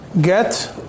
Get